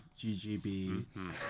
GGB